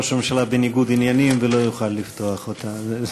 ראש הממשלה בניגוד עניינים ולא יוכל לפתוח אותה.